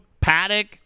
Paddock